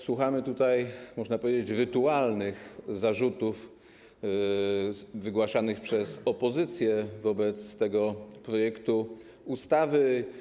Słuchamy tutaj, można powiedzieć, rytualnych zarzutów wygłaszanych przez opozycję wobec tego projektu ustawy.